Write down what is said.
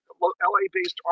LA-based